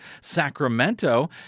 Sacramento